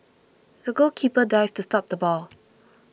the goalkeeper dived to stop the ball